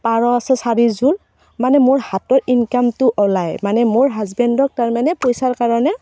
পাৰ আছে চাৰিযোৰ মানে মোৰ হাতৰ ইনকামটো ওলায় মানে মোৰ হাজবেণ্ডক তাৰমানে পইচাৰ কাৰণে